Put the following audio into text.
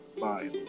bye